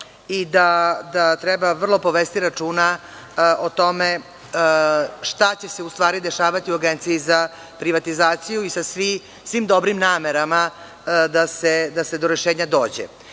i da treba vrlo povesti računa o tome šta će se u stvari dešavati u Agenciji za privatizaciju i sa svim dobrim namerama da se do rešenja dođe. Kada